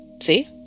See